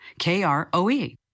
KROE